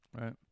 Right